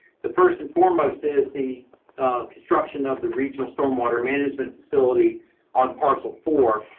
the first and foremost is the construction of the regional storm water management facility on parcel four.